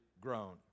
grown